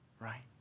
right